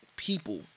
people